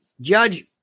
Judge